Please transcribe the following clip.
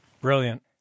Brilliant